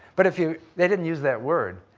but if you, they didn't use that word,